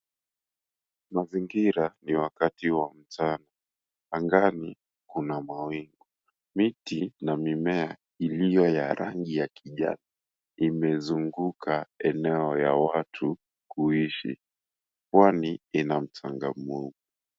Mazingira ni ya wakati ya mchana. Angani kuna mawingu. Miti na mimea iliyo na rangi ya kijani imezunguka eneo ya watu kuishi. Pwani ina mchanga mweupe.